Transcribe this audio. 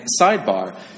sidebar